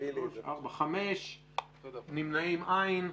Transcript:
5 לא אושרה.